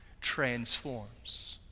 transforms